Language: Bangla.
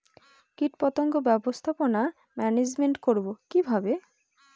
কীটপতঙ্গ ব্যবস্থাপনা ম্যানেজমেন্ট করব কিভাবে?